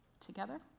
together